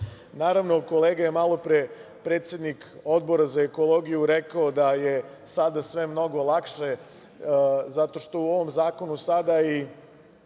Naravno, kolega je malopre, predsednik Odbora za ekologiju rekao da je sada sve mnogo lakše zato što u ovom zakonu sada su